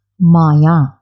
maya